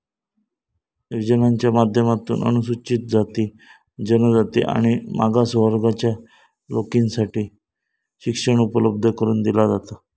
योजनांच्या माध्यमातून अनुसूचित जाती, जनजाति आणि मागास वर्गाच्या लेकींसाठी शिक्षण उपलब्ध करून दिला जाता